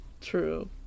True